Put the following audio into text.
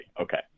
Okay